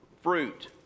fruit